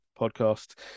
podcast